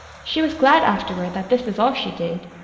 she was glad, afterward, that this was all she did,